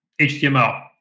HTML